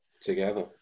together